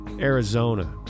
Arizona